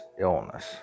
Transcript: illness